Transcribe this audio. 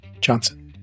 Johnson